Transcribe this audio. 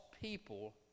people